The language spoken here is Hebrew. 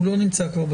הוא כבר לא נמצא בזום.